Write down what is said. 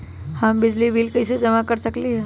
हम बिजली के बिल कईसे जमा कर सकली ह?